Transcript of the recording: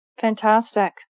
Fantastic